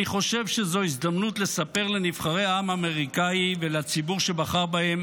אני חושב שזו הזדמנות לספר לנבחרי העם האמריקאי ולציבור שבחר בהם